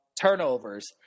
Turnovers